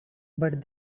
but